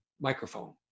microphone